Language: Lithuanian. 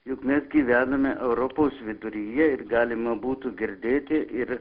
juk mes gyvename europos viduryje ir galima būtų girdėti ir